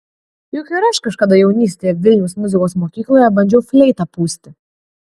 juk ir aš kažkada jaunystėje vilniaus muzikos mokykloje bandžiau fleitą pūsti